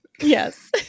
Yes